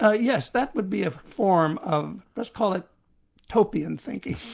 ah yes, that would be a form of let's call it topian thinking,